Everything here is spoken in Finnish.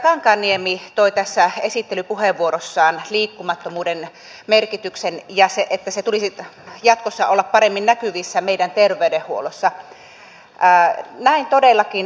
viime vuosina lukuisat maat ovat lanseeranneet ja se että se tulisi jatkossa olla paremmin näkyvissä meidän jatkokehittäneet omia kannustinjärjestelmiään tuotantojen houkuttelemiseksi